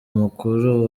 mukuru